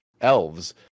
elves